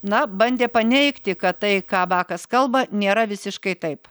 na bandė paneigti kad tai ką bakas kalba nėra visiškai taip